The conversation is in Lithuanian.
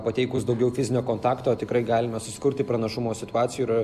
pateikus daugiau fizinio kontakto tikrai galime susikurti pranašumo situacijų ir